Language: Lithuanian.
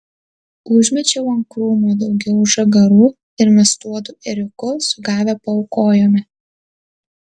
užmečiau ant krūmo daugiau žagarų ir mes tuodu ėriuku sugavę paaukojome